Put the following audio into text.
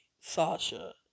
Sasha